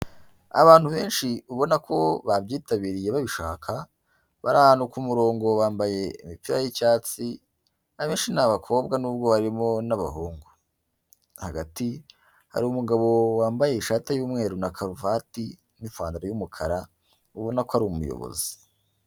Abantu benshi ubona ko babyitabiriye babishaka, bari abantu ku murongo bambaye imipira y'icyatsi, abenshi ni abakobwa nubwo harimo n'abahungu, hagati hari umugabo wambaye ishati y'umweru na karuvati n'ipanantaro y'umukara ubona ko ari umuyobozi.